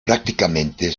prácticamente